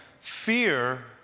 fear